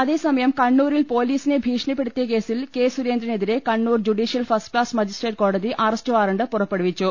അതേസമയം കണ്ണൂരിൽ പൊലീസിനെ ഭീഷണിപ്പെടുത്തിയ കേസിൽ കെ സുരേന്ദ്രനെതിരെ Kannur judicial first class magistrate കോടതി അറസ്റ്റ് വാറണ്ട് പുറപ്പെടുവിച്ചു